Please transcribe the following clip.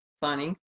Funny